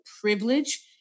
privilege